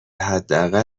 حداقل